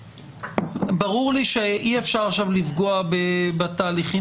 ברור לי שאי אפשר עכשיו לפגוע בתהליכים